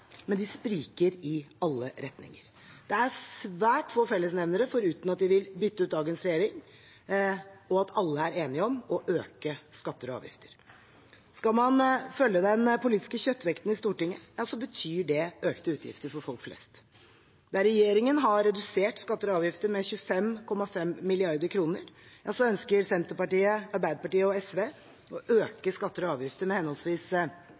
men de spriker i alle retninger. Det er svært få fellesnevnere foruten at de vil bytte ut dagens regjering, og at alle er enige om å øke skatter og avgifter. Skal man følge den politiske kjøttvekten i Stortinget, betyr det økte utgifter for folk flest: Der regjeringen har redusert skatter og avgifter med 25,5 mrd. kr, ønsker Senterpartiet, Arbeiderpartiet og SV å øke skatter og avgifter med henholdsvis